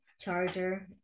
Charger